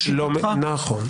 נכון.